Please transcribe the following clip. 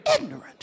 ignorant